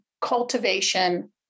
cultivation